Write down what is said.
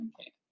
okay